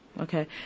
Okay